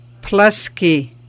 Pluski